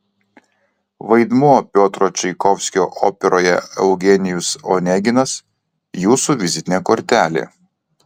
vaidmuo piotro čaikovskio operoje eugenijus oneginas jūsų vizitinė kortelė